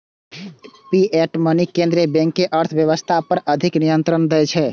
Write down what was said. fiat money केंद्रीय bank कें अर्थव्यवस्था पर अधिक नियंत्रण दै छै